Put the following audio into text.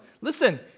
Listen